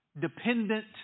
dependent